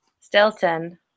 Stilton